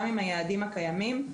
גם עם היעדים הקיימים,